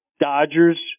Dodgers